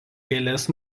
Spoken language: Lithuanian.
kelias